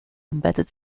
embedded